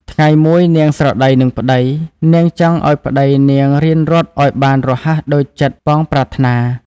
ថ្ងៃមួយ នាងស្រដីនឹងប្តី នាងចង់ឱ្យប្តីនាងរៀនរត់ឱ្យបានរហ័សដូចចិត្តប៉ងប្រាថ្នា។